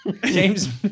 James